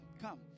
come